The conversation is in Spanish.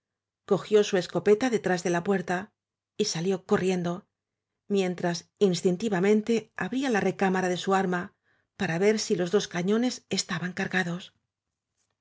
cogió su escopeta de tras de la puerta y salió corriendo mientras instinti vamente abría la recámara de su arma para ver si los dos cañones estaban cargados